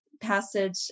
passage